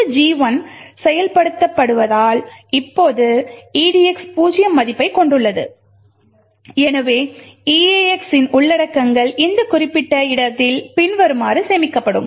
இந்த G 1 செயல்படுத்தப்படுவதால் இப்போது edx 0 மதிப்பைக் கொண்டுள்ளது எனவே eax ன் உள்ளடக்கங்கள் இந்த குறிப்பிட்ட இடத்தில் பின்வருமாறு சேமிக்கப்படும்